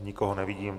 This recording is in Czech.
Nikoho nevidím.